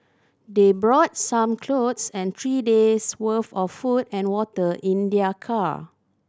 they brought some clothes and three days' worth of food and water in their car